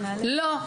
לא.